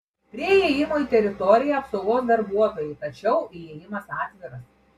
prie įėjimo į teritoriją apsaugos darbuotojai tačiau įėjimas atviras